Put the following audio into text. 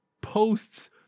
posts